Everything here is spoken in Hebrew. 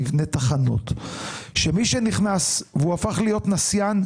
נבנה תחנות שמי שנכנס והוא הפך להיות נסיין,